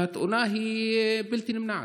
והתאונה היא בלתי נמנעת.